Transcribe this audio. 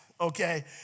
okay